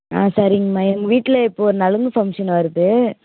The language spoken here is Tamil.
ஆ சரிங்கமா எங்கள் வீட்டில் இப்போது ஒரு நலங்கு ஃபங்க்ஷன் வருது